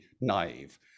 naive